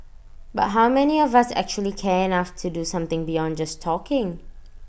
but how many of us actually care enough to do something beyond just talking